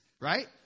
right